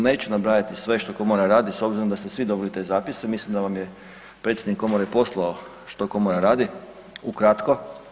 Neću nabrajati sve što Komora radi s obzirom da ste svi dobili te zapise, mislim da vam je predsjednik Komore poslao što Komora radi ukratko.